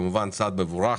כמובן שזה צעד מבורך.